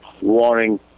warning